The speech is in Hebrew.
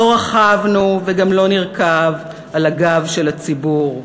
לא רכבנו וגם לא נרכב על הגב של הציבור,